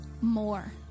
more